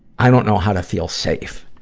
i don't know how to feel safe.